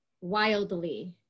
Wildly